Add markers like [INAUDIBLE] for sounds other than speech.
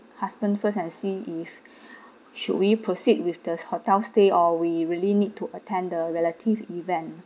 husband first and see if [BREATH] should we proceed with the hotel stay or we really need to attend the relative event